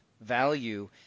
value